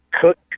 cook